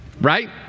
right